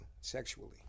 sexually